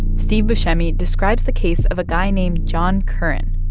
steve buscemi describes the case of a guy named john curran,